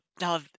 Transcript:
now